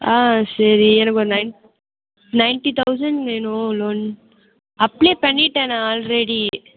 ஆ சரி எனக்கு ஒரு நயன் நயன்ட்டி தௌசண்ட் வேணும் லோன் அப்ளை பண்ணிவிட்டேன் நான் ஆல்ரெடி